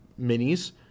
minis